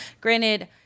granted